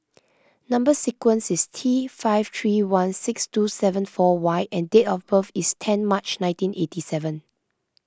Number Sequence is T five three one six two seven four Y and date of birth is ten March nineteen eighty seven